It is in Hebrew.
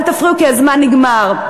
אל תפריעו כי הזמן נגמר,